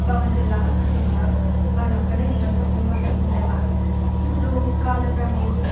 భవంతులులాగా కట్టించాడు వాళ్ళు అక్కడే నివాసం నివాసం ఉండే వారు ఇప్పుడు కాల క్రమేన